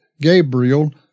Gabriel